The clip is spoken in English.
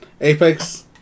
Apex